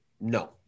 No